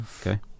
Okay